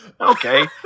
okay